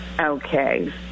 Okay